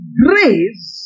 grace